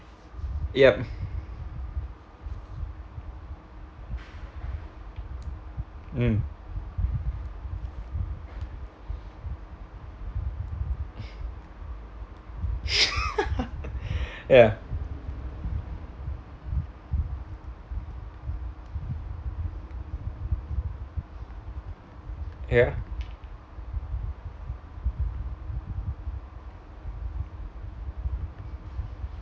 yup mm ya ya